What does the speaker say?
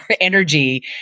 energy